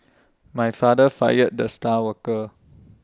my father fired the star worker